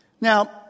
Now